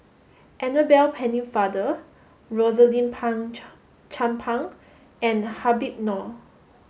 Annabel Pennefather Rosaline Pang Chan Chan Pang and Habib Noh